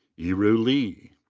yiru li.